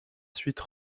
suite